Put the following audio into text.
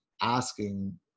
asking